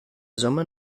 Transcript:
summe